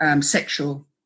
sexual